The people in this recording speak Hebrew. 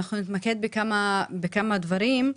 נתמקד בכמה דברים,